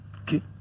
okay